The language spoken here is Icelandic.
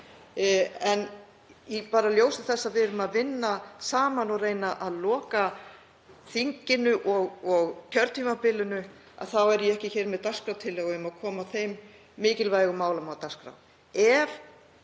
En í ljósi þess að við erum að vinna saman og reyna að loka þinginu og kjörtímabilinu þá er ég ekki hér með dagskrártillögu um að koma þeim mikilvægu málum á dagskrá.